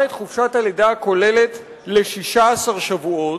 את חופשת הלידה הכוללת ל-16 שבועות,